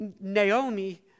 Naomi